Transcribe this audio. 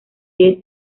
dead